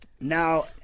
Now